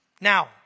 Now